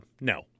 no